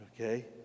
Okay